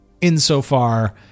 insofar